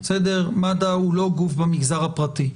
מד"א הוא לא גוף במגזר הפרטי.